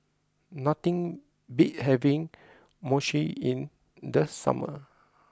nothing beats having Mochi in the summer